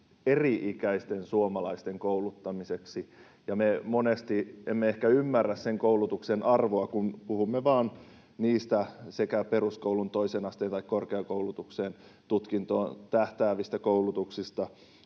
eri-ikäisten suomalaisten kouluttamiseksi, ja me monesti emme ehkä ymmärrä sen koulutuksen arvoa, kun puhumme vain niistä peruskoulun, toisen asteen tai korkeakoulutuksen tutkintoon tähtäävistä koulutuksista.